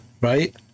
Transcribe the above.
right